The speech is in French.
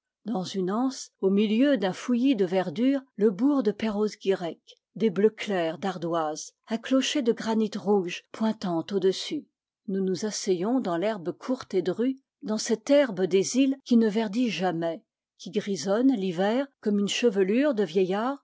dans une anse au milieu d'un fouillis de verdure le bourg de perrosguirec des bleus clairs d'ardoises un clocher de granit rouge pointant au-dessus nous nous asseyons dans l'herbe courte et drue dans cette herbe des îles qui ne verdit jamais qui grisonne l'hiver comme une chevelure de vieillard